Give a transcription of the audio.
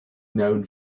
known